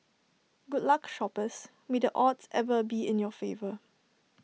good luck shoppers may the odds ever be in your favour